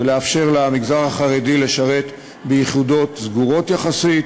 לאפשר למגזר החרדי לשרת ביחידות סגורות יחסית,